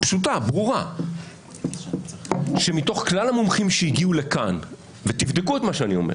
פשוטה וברורה שמתוך כלל המומחים שהגיעו לכאן - ותבדקו את מה שאני אומר